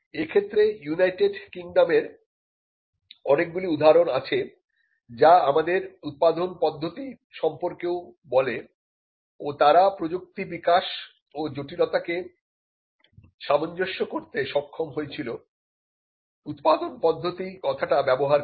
এক্ষেত্রে ইউনাইটেড কিংডমের অনেকগুলি উদাহরণ আছে যা আমাদের উৎপাদন পদ্ধতি সম্পর্কেও বলে ও তারা প্রযুক্তি বিকাশ ও জটিলতা কে সামঞ্জস্য করতে সক্ষম হয়েছিল উৎপাদন পদ্ধতি কথাটা ব্যবহার করে